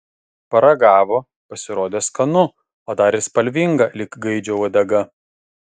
paragavo pasirodė skanu o dar ir spalvinga lyg gaidžio uodega